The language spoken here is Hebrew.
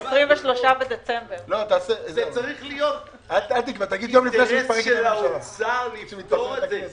זה צריך להיות אינטרס של האוצר לפתור את זה.